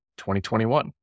2021